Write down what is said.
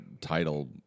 title